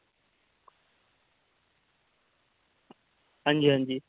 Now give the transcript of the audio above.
अंजी अंजी